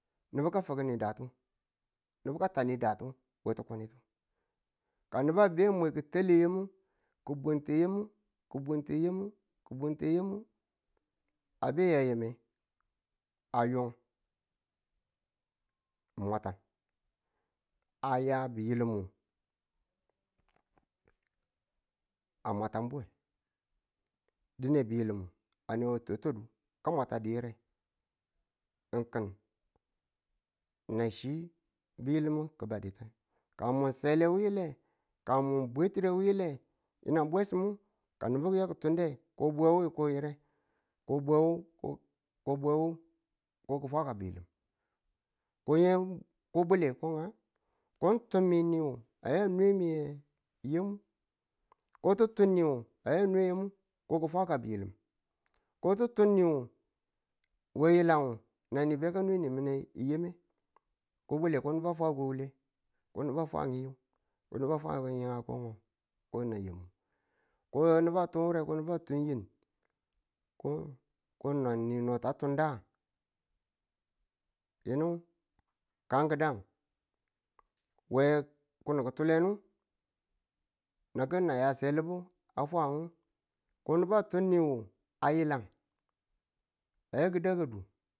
Nubu ka fi̱kini datu nubu ka tani datu we tukwanitu ka nubu a be mwe ki̱tale yamu ki̱ bunti yamu ku bunti yamu ku bunti yamu a be a ya yeme a yo ng mwatan a ya biyilim a mwatannuwe dine biyilim a nge tutudu ka mwatadiyire ng ki̱n na chi biyilim ki̱baditu ka mwan seli wile, ka mwan bwetire wile yinang bwesimu ka nubu kiya ki̱ tunde ko bwe mu ko yire ko bwewu ko ko bwewu ko ki̱fwa ka biyilim ko nge ko bwale ko nga ko ng tunmi niwu a nge nwe niye yemu ko tutu ne a ya nwe yemu ko ki̱fwa ka biyilim ko ti tun nwu we yilang na ni be ka nwe niminye yeme ko bwale ko nubu a fwa ko wule ko nubu a fwa yim ko nubu a fwa yim nge ko ngo ko na yamin ko nubu a tun wure ko nubu a tun yim ko ko nan ni no ta tunda? yinu kan ki̱dan we kunu ka kulin nu nan kan na ya selibu a fwa ng ko nubu a tun niwu a yilang a ya ki̱ da ka dum